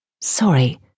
Sorry